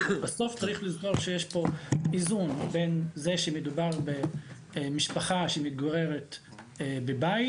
בסוף צריך לזכור שיש פה איזון בין זה שמדובר במשפחה שמתגוררת בבית,